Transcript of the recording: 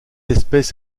espèce